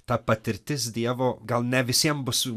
ta patirtis dievo gal ne visiem bus